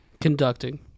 Conducting